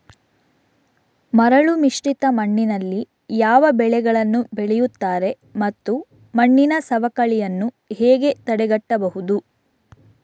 ಮರಳುಮಿಶ್ರಿತ ಮಣ್ಣಿನಲ್ಲಿ ಯಾವ ಬೆಳೆಗಳನ್ನು ಬೆಳೆಯುತ್ತಾರೆ ಮತ್ತು ಮಣ್ಣಿನ ಸವಕಳಿಯನ್ನು ಹೇಗೆ ತಡೆಗಟ್ಟಬಹುದು?